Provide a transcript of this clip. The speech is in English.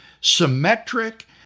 symmetric